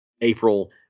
April